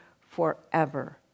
forever